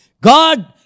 God